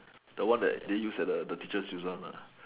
the one that they use at the teachers use one lah